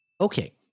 okay